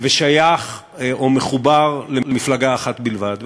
ושייך או מחובר למפלגה אחת בלבד.